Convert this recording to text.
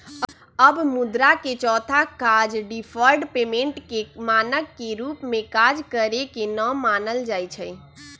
अब मुद्रा के चौथा काज डिफर्ड पेमेंट के मानक के रूप में काज करेके न मानल जाइ छइ